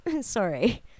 Sorry